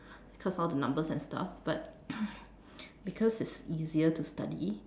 cause all the numbers and stuff but because it's easier to study